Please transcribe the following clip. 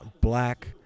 black